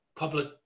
public